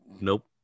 Nope